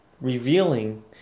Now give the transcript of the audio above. revealing